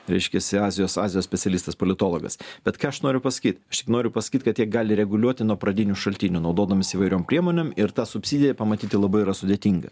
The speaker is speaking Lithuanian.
reiškiasi azijos azijos specialistas politologas bet ką aš noriu pasakyt aš tik noriu pasakyt kad jie gali reguliuoti nuo pradinių šaltinių naudodamiesi įvairiom priemonėm ir tą subsidiją pamatyti labai yra sudėtinga